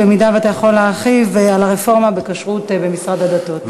אם אתה יכול להרחיב על הרפורמה בכשרות במשרד הדתות.